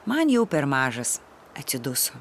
man jau per mažas atsiduso